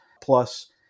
Plus